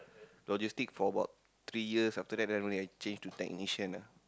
Logistic for about three years after that then only I change to technician